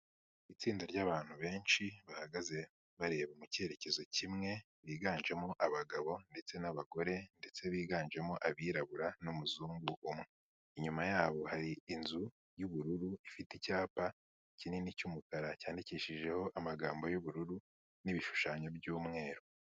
Itsinda ry'abantu benshi bahagaze bareba mu cyerekezo kimwe, biganjemo abagabo ndetse n'abagore ndetse biganjemo abirabura n'umuzungu umwe, inyuma yabo hari inzu y'ubururu ifite icyapa kinini cy'umukara cyandikishijeho amagambo y'ubururu n'ibishushanyo by'umweru.